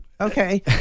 okay